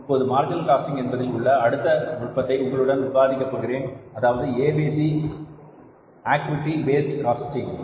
இப்போது marginal costing என்பதில் உள்ள அடுத்த நுட்பத்தை உங்களுடன் விவாதிக்க போகிறேன் அதாவது ABC ஆக்டிவிட்டி பேஸ்ட் காஸ்டிங்